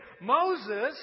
Moses